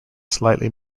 slightly